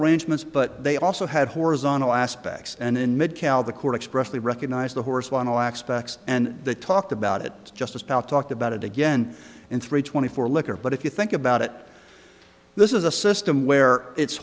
arrangements but they also had horizontal aspects and in mid cal the court expressly recognized the horse won all aspects and they talked about it just as paul talked about it again in three twenty four liquor but if you think about it this is a system where it's